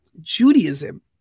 Judaism